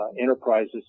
enterprises